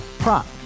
Prop